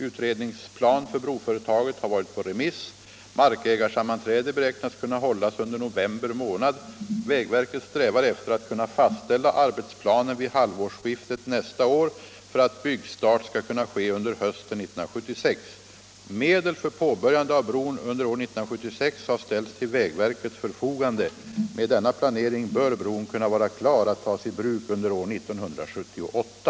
Utredningsplan för broföretaget har varit på remiss. Markägarsammanträde beräknas kunna hållas under november månad. Vägverket strävar efter att kunna fastställa arbetsplanen vid halvårsskiftet nästa år för att byggstart skall kunna ske under hösten 1976. Medel för påbörjande av bron under år 1976 har ställts till vägverkets förfogande. Med denna planering bör bron kunna vara klar att tas i bruk under år 1978.